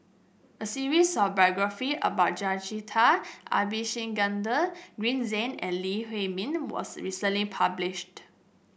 a series of biography about Jacintha Abisheganaden Green Zeng and Lee Huei Min was recently published